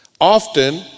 Often